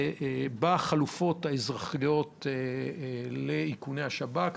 כלומר בחלופות האזרחיות לאיכוני השב"כ.